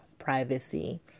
privacy